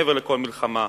מעבר לכל מלחמה,